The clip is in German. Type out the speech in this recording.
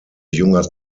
junger